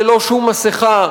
ללא שום מסכה,